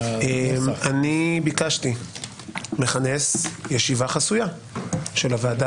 ביקשתי לכנס ישיבה חסויה של הוועדה